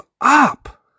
up